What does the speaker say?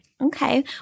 Okay